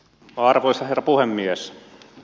arvoisa herra puhemies